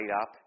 up